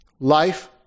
Life